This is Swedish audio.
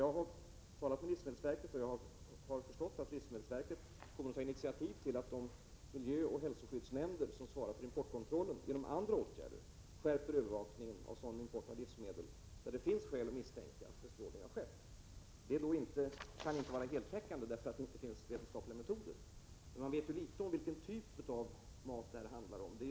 Jag har talat med livsmedelsverket och förstått att man kommer att 59 ta initiativ till att de miljöoch hälsoskyddsnämnder som svarar för importkontrollen genom andra åtgärder skärper övervakningen av sådan import av livsmedel där det finns skäl att misstänka att bestrålning har skett. Sådan kontroll kan inte vara heltäckande, därför att det saknas vetenskapliga metoder. Men vi vet ju litet om vilken typ av mat som det handlar om.